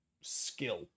skill